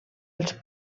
els